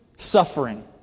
Suffering